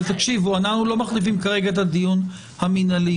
אבל אנחנו לא מחליפים כרגע את הדיון המינהלי.